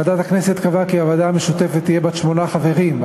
ועדת הכנסת קבעה כי הוועדה המשותפת תהיה בת שמונה חברים,